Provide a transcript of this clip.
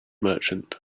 merchant